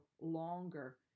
longer